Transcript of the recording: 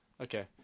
Okay